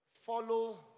Follow